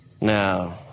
Now